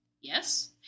Yes